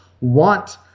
want